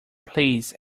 please